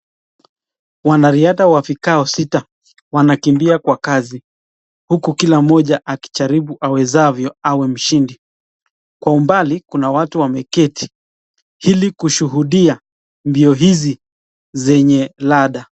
Wanariadha wa vikao sita, wanakimbia kwa kazi, huku kila moja akijaribu awezavyo awe mshindi. Kwa umbali kuna watu wameketi ili kushuhudia mbio hizi zenye lada.